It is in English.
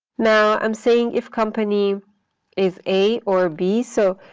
now i'm saying if company is a or b. so,